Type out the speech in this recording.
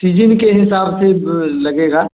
season के हिसाब से ब लगेगा